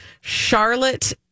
Charlotte